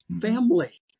family